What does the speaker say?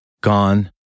Gone